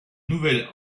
nouvel